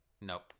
Nope